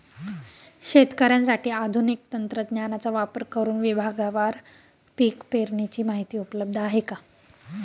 शेतकऱ्यांसाठी आधुनिक तंत्रज्ञानाचा वापर करुन विभागवार पीक पेरणीची माहिती उपलब्ध आहे का?